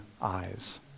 eyes